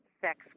sex